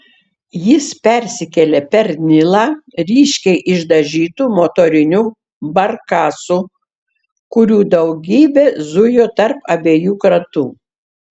jis persikėlė per nilą ryškiai išdažytu motoriniu barkasu kurių daugybė zujo tarp abiejų krantų